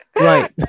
right